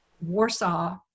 Warsaw